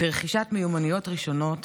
לרכישת מיומנויות ראשונות,